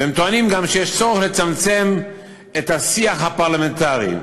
וגם טוענים, שיש צורך לצמצם את השיח הפרלמנטרי.